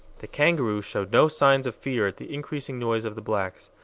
the kangaroo showed no signs of fear at the increasing noise of the blacks,